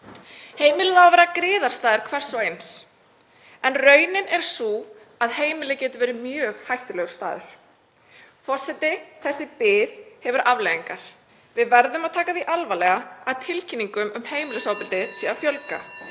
Heimilið á að vera griðastaður hvers og eins en raunin er sú að heimilið getur verið mjög hættulegur staður. Forseti. Þessi bið hefur afleiðingar. Við verðum að taka því alvarlega að tilkynningum um heimilisofbeldi sé að fjölga.